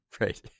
Right